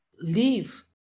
leave